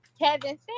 Kevin